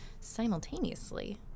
simultaneously